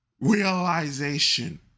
Realization